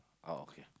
oh okay